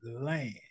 land